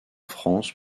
france